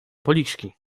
policzki